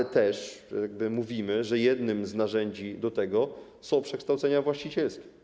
Tu też mówimy, że jednym z narzędzi do tego są przekształcenia właścicielskie.